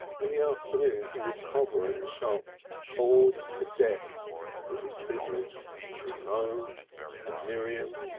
in the afternoons he would hover in the shop bored to death with his business and his home and miriam,